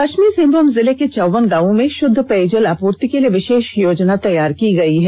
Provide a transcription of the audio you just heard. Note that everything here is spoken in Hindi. ष्विमी सिंहभूम जिले के चौबन गांवों में शुद्ध पेयजल आपूर्ति के लिए विषेष योजना तैयार की गई है